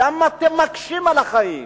למה אתם מקשים את החיים?